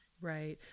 Right